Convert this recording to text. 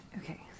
Okay